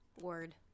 Word